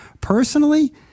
Personally